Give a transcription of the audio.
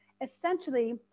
Essentially